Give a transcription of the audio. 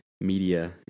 media